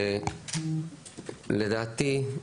לדעתי,